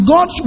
God